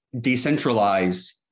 decentralized